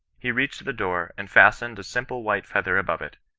he reached the door, and fastened a simple white feather above it,